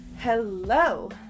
Hello